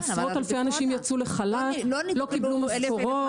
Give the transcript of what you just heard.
עשרות אלפי אנשים יצאו לחל"ת, לא קיבלו משכורות.